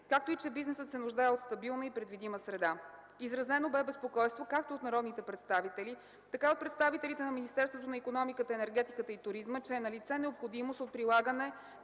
както и че бизнесът се нуждае от стабилна и предвидима среда. Изразено бе безпокойство както от народните представители, така и от представителите на Министерството на икономиката, енергетиката и туризма, че е налице необходимост от прилагане